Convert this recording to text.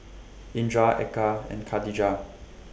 Indra Eka and Katijah